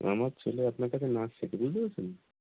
আমার ছেলে আপনার কাছে নাচ শেখে বুঝতে পেরেছেন